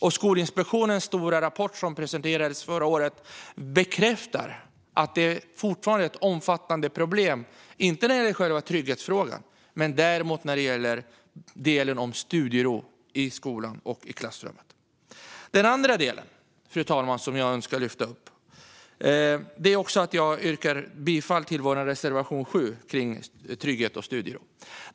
Skolinspektionens stora rapport som presenterades förra året bekräftar att det fortfarande är omfattande problem, inte när det gäller själva trygghetsfrågan men däremot när det gäller studiero i skolan och klassrummet. Jag yrkar bifall till vår reservation 7 om trygghet och studiero.